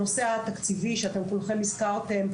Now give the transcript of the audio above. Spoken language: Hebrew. הנושא התקציבי שכולכם הזכרתם,